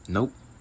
Nope